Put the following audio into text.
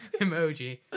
emoji